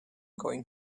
going